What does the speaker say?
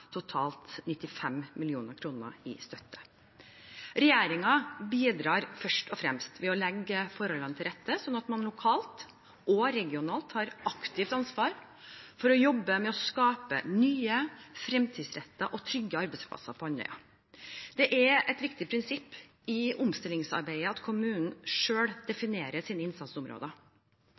totalt 95 mill. kr i støtte. Regjeringen bidrar først og fremst ved å legge forholdene til rette, slik at man lokalt og regionalt tar aktivt ansvar for å jobbe med å skape nye, fremtidsrettede og trygge arbeidsplasser på Andøya. Det er et viktig prinsipp i omstillingsarbeidet at kommunen selv definerer sine innsatsområder.